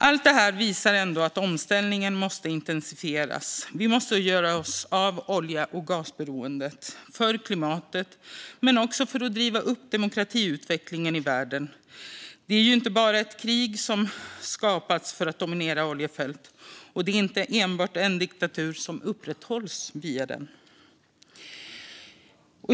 Allt det här visar ändå att omställningen måste intensifieras. Vi måste göra oss av med olje och gasberoendet för klimatets skull men också för att driva på demokratiutvecklingen i världen. Det är ju inte bara ett enda krig som skapats för att dominera oljefält, och det är inte enbart en diktatur som upprätthålls via dem.